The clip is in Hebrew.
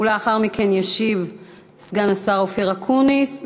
ולאחר מכן ישיב סגן השר אופיר אקוניס.